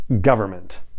government